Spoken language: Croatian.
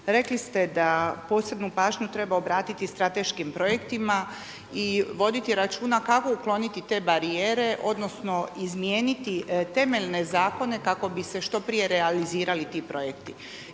rekli ste da posebnu pažnju treba obratiti strateškim projektima i voditi računa kako ukloniti te barijere, odnosno izmijeniti temeljne zakone kako bi se što prije realizirali ti projekti.